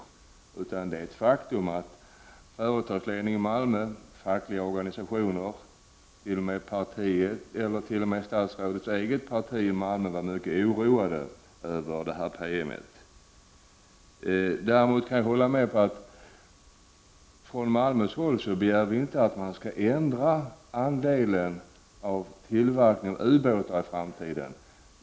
Det är ett faktum att företagsledningen, fackliga organisationer, partier —t.o.m. statsrådets eget parti — i Malmö var mycket oroade över promemorian. Däremot kan jag hålla med om att från Malmös håll begär vi inte att man skall ändra andelen tillverkade ubåtar i framtiden.